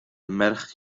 merch